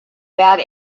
bad